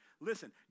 Listen